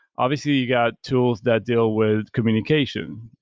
obviously, you got tools that deal with communication.